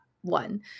one